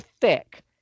thick